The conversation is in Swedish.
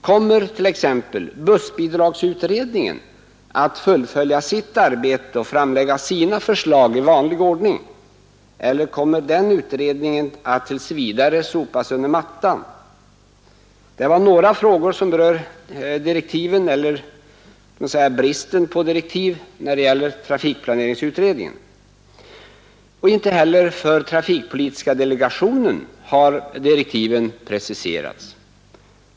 Kommer t.ex. bussbidragsutredningen att fullfölja sitt arbete och framlägga sina förslag i vanlig ordning eller kommer den utredningen att tills vidare sopas under mattan? Det var några frågor som berör direktiven — eller bristen på direktiv — när det gäller trafikplaneringsutredningen. Inte heller för trafikpolitiska delegationen har direktiven preciserats.